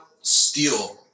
steal